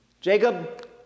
Jacob